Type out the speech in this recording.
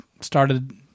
started